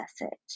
message